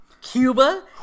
Cuba